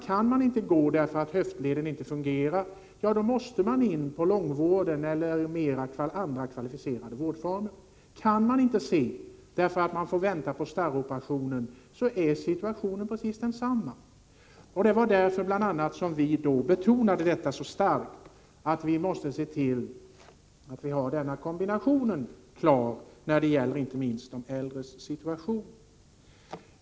Kan man inte gå, på grund av att höftleden inte fungerar, måste man in på långvården eller in i andra kvalificerade vårdformer. Kan man inte se, därför att man får vänta på starroperationen, är situationen precis densamma. Det var bl.a. av den anledningen som vi så starkt betonade att man måste se till att denna kombination är klar, inte minst när det gäller de äldres situation.